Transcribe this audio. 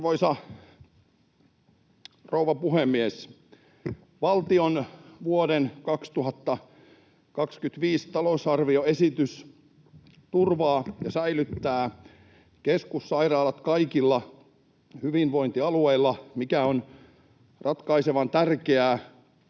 Arvoisa rouva puhemies! Valtion vuoden 2025 talousarvioesitys turvaa ja säilyttää keskussairaalat kaikilla hyvinvointialueilla, mikä on ratkaisevan tärkeää